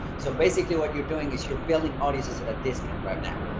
so basically, what you're doing is you're building audiences at a discount right now,